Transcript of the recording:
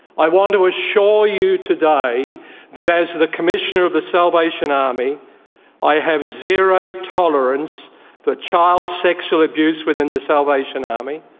i want to assure you today that as the commissioner of the salvation army i have zero tolerance for child sexual abuse within the salvation army.